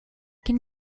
can